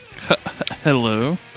Hello